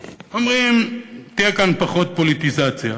אומרים: תהיה כאן פחות פוליטיזציה.